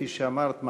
כפי שאמרת,